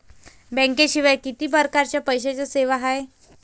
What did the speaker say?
बँकेशिवाय किती परकारच्या पैशांच्या सेवा हाय?